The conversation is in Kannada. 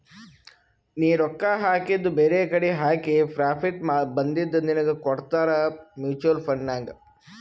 ನೀ ರೊಕ್ಕಾ ಹಾಕಿದು ಬೇರೆಕಡಿ ಹಾಕಿ ಪ್ರಾಫಿಟ್ ಬಂದಿದು ನಿನ್ನುಗ್ ಕೊಡ್ತಾರ ಮೂಚುವಲ್ ಫಂಡ್ ನಾಗ್